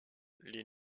les